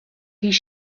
his